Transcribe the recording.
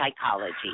psychology